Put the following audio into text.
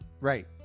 Right